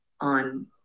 on